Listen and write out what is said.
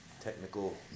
Technical